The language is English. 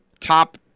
top